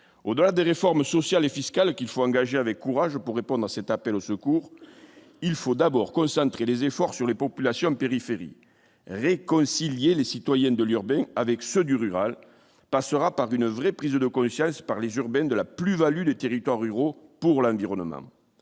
au-delà des réformes sociales et fiscales qu'il faut engager avec courage pour répondre à cet appel au secours, il faut d'abord concentrer les efforts sur les populations périphérie réconcilier les citoyens de l'urbain avec ceux du rural passera par une vraie prise de conscience par les urbains de la plus-Value de territoires ruraux pour l'environnement,